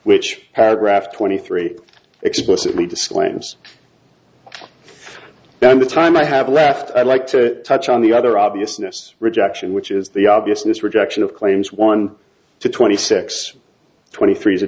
which had a graph twenty three explicitly disclaims then the time i have left i'd like to touch on the other obviousness rejection which is the obviousness rejection of claims one to twenty six twenty three is a